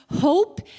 hope